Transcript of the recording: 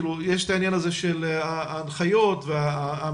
יש את העניין הזה של ההנחיות והמדיניות,